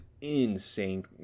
insane